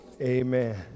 amen